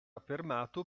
affermato